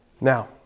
Now